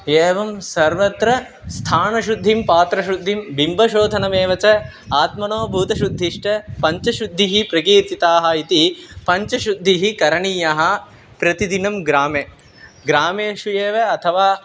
एवं सर्वत्र स्थानशुद्धिं पात्रशुद्धिं बिम्बशोधनमेव च आत्मना बूतशुद्धिश्च पञ्चशुद्धिः प्रकीर्तिताः इति पञ्चशुद्धिः करणीया प्रतिदिनं ग्रामे ग्रामेषु एव अथवा